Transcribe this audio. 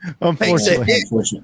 Unfortunately